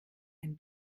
ein